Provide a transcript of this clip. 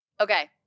Okay